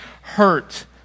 hurt